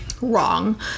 wrong